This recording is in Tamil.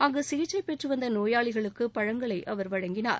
அங்கு சிகிச்சை பெற்று வந்த நோயாளிகளுக்கு பழங்களை அவர் வழங்கினார்